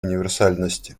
универсальности